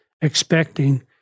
expecting